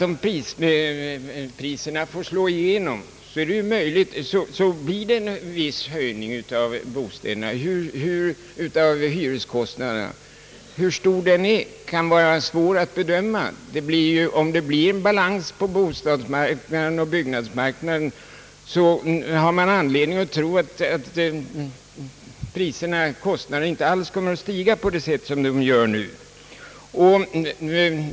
Om priserna får slå igenom leder det självfallet till en viss höjning av hyreskostnaderna. Hur stor den blir kan vara svårt att bedöma. Vid en balans på bostadsmarknaden och byggnadsmarknaden finns det anledning tro att hyreskostnaderna inte alls kommer att stiga på motsvarande sätt som de nu gör.